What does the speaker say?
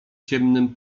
ciemnym